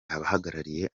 abahagarariye